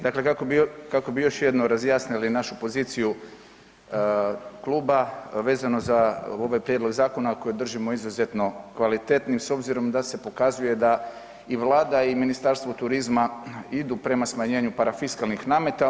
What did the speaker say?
Dakle, kako bi, kako bi još jednom razjasnili našu poziciju kluba vezano za ovaj prijedlog zakona koji držimo izuzetno kvalitetnim s obzirom da se pokazuje da i vlada i Ministarstvo turizma idu prema smanjenju parafiskalnih nameta.